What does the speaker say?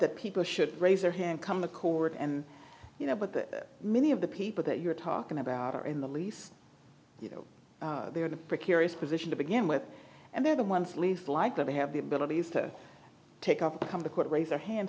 that people should raise their hand come the court and you know but that many of the people that you're talking about are in the least you know they're in a precarious position to begin with and they're the ones leif like that they have the abilities to take up to come to court raise their hand